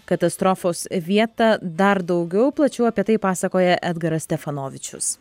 katastrofos vietą dar daugiau plačiau apie tai pasakoja edgaras steponavičius